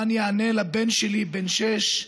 מה אני אענה לבן שלי, בן שש,